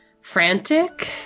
frantic